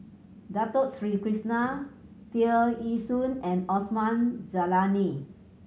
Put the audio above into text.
Dato Sri Krishna Tear Ee Soon and Osman Zailani